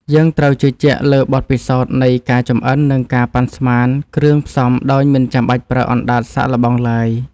យើងត្រូវជឿជាក់លើបទពិសោធន៍នៃការចម្អិន និងការប៉ាន់ស្មានគ្រឿងផ្សំដោយមិនចាំបាច់ប្រើអណ្តាតសាកល្បងឡើយ។